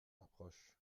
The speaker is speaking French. approche